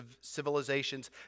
civilizations